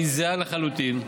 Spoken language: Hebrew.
שהיא זהה לחלוטין,